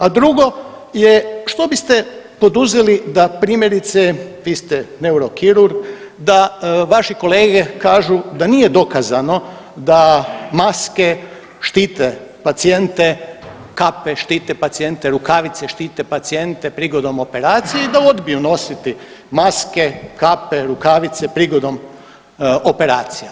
A drugo je, što biste poduzeli da primjerice, vi ste neurokirurg da vaši kolege kažu da nije dokazano da maske štite pacijente, kape štite pacijente, rukavice štite pacijente prigodom operacije i da odbiju nositi maske, kape, rukavice prigodom operacija.